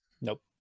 nope